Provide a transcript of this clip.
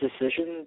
decision